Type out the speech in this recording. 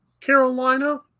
Carolina